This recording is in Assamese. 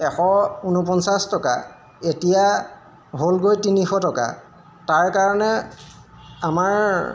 এশ ঊনপঞ্চাছ টকা এতিয়া হ'লগৈ তিনিশ টকা তাৰ কাৰণে আমাৰ